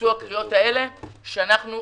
שיצאו הקריאות האלה מכאן, שאנחנו